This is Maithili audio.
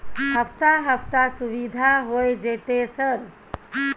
हफ्ता हफ्ता सुविधा होय जयते सर?